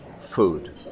food